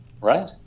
right